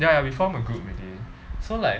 ya ya we form a group already so like